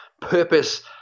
purpose